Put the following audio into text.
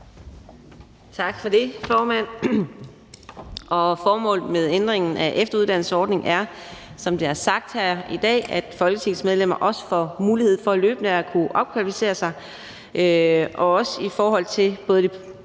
Tak for det, formand. Formålet med ændringen af efteruddannelsesordningen er, som det er sagt her i dag, at folketingsmedlemmer også får mulighed for løbende at kunne opkvalificere sig både i forhold til det